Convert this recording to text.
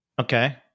Okay